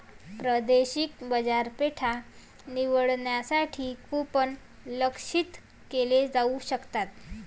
प्रादेशिक बाजारपेठा निवडण्यासाठी कूपन लक्ष्यित केले जाऊ शकतात